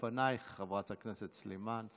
לפנייך, חברת הכנסת סלימאן.